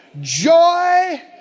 Joy